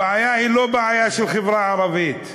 הבעיה היא לא בעיה של החברה הערבית,